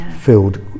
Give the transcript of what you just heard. filled